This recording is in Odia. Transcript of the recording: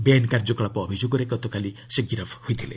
ବେଆଇନ କାର୍ଯ୍ୟକଳାପ ଅଭିଯୋଗରେ ଗତକାଲି ସେ ଗିରଫ ହୋଇଥିଲେ